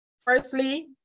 Firstly